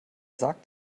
sagt